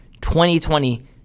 2020